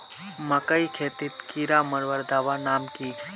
मकई खेतीत कीड़ा मारवार दवा नाम की?